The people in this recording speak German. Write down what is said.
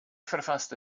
verfasste